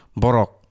borok